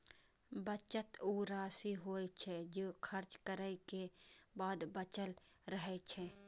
बचत ऊ राशि होइ छै, जे खर्च करै के बाद बचल रहै छै